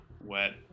Wet